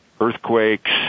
Earthquakes